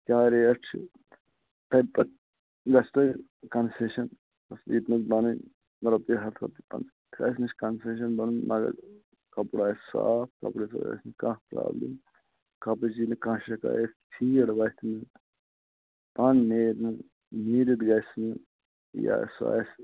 کیٛاہ ریٚٹ چھِ تمہِ پَتہٕ گَژھِ تۅہہِ کنسیٚشن ییٚتہِ نَس بَنٕنۍ مطلب ترٛےٚ ہتھ رۅپیہِ تام کنسیٚشن بَنیٚین مَگر کَپُر آسہِ صاف کپرس آسہِ نہٕ کانٛہہ پرٛابلِم کپرٕچ یِیہِ نہٕ کانٛہہ شِکایت فیٖڈ وۅتھِ نہٕ پَن نیرِ نہٕ نیٖرِتھ گژھِ نہٕ یا سُہ آسہِ